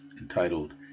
entitled